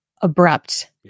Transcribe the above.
abrupt